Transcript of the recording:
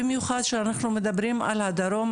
במיוחד שאנחנו מדברים על הדרום,